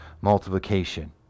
multiplication